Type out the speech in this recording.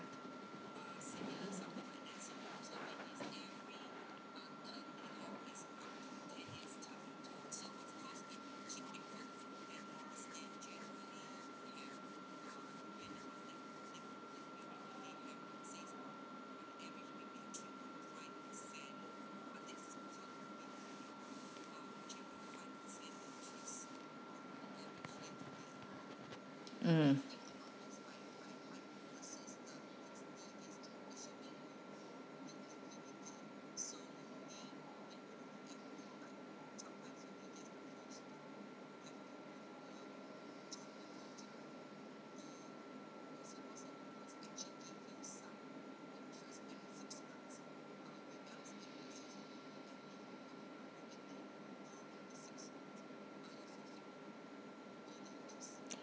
mm